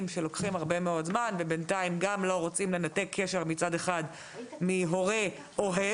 שלוקחים הרבה מאוד זמן ובינתיים מצד אחד לא רוצים לנתק קשר מהורה אוהב,